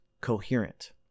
coherent